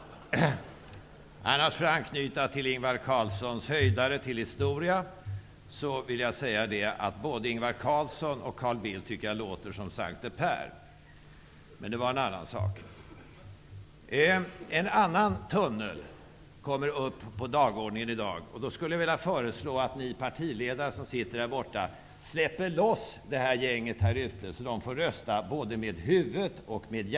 För att anknyta till Ingvar Carlssons höjdare till historia vill jag säga, att jag tycker att både Ingvar Carlsson och Carl Bildt låter som Sankte Per. Men det var en annan sak. En annan tunnel kommer upp på dagordningen i dag. Jag skulle vilja föreslå att ni partiledare som sitter där borta släpper loss gänget här ute så att de får rösta med huvud och hjärta.